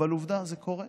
אבל עובדה, זה קורה,